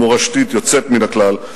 מורשתית יוצאת מן הכלל.